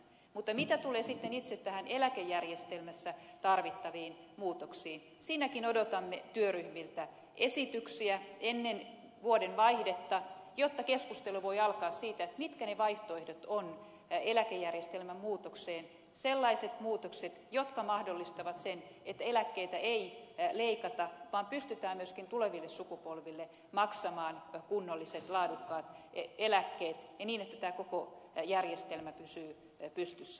mutta mitä tulee sitten itse eläkejärjestelmässä tarvittaviin muutoksiin siinäkin odotamme työryhmiltä esityksiä ennen vuodenvaihdetta jotta keskustelu voi alkaa siitä mitkä ovat ne vaihtoehdot eläkejärjestelmän muutoksessa mitkä ovat sellaiset muutokset jotka mahdollistavat sen että eläkkeitä ei leikata vaan pystytään myöskin tuleville sukupolville maksamaan kunnolliset laadukkaat eläkkeet ja niin että tämä koko järjestelmä pysyy pystyssä